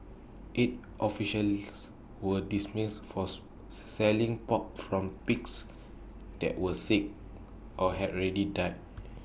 eight officials were dismissed force selling pork from pigs that were sick or had already died